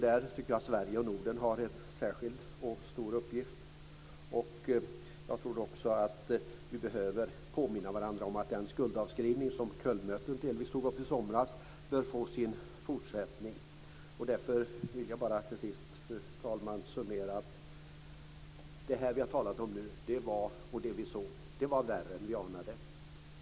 Där tycker jag att Sverige och Norden har en särskilt stor uppgift. Jag tror också att vi behöver påminna varandra om att den skuldavskrivning som Kölnmötet delvis tog upp i somras bör få sin fortsättning. Fru talman! Till sist vill jag summera det hela. Det som vi har talat om nu, och det som vi såg var värre än vi anade.